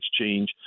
change